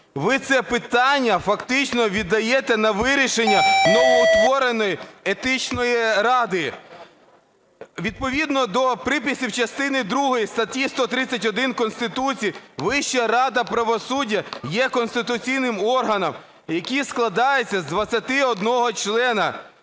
Ви це питання фактично віддаєте на вирішення новоутвореної Етичної ради. Відповідно до приписів частини другої статті 131 Конституції Вища рада правосуддя є конституційним органом, який складається з 21 члена.